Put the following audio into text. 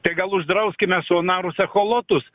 tai gal uždrauskime sonarus echolotus